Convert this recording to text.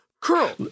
curl